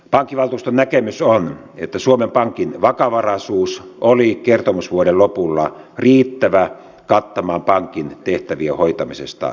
pankkivaltuuston näkemys on että suomen pankin vakavaraisuus oli kertomusvuoden lopulla riittävä kattamaan pankin tehtävien hoitamisesta johtuvat riskit